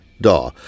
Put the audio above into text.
DAW